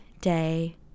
day